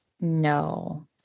No